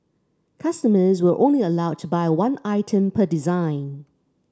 customers were only allowed to buy one item per design